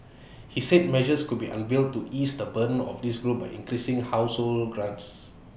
he said measures could be unveiled to ease the burden of this group by increasing grants